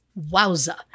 wowza